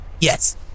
Yes